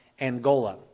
Angola